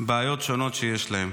בעיות שונות שיש להם.